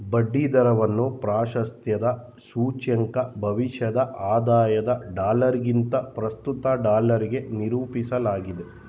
ಬಡ್ಡಿ ದರವನ್ನ ಪ್ರಾಶಸ್ತ್ಯದ ಸೂಚ್ಯಂಕ ಭವಿಷ್ಯದ ಆದಾಯದ ಡಾಲರ್ಗಿಂತ ಪ್ರಸ್ತುತ ಡಾಲರ್ಗೆ ನಿರೂಪಿಸಲಾಗಿದೆ